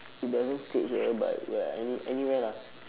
it doesn't state here but ya any~ anywhere lah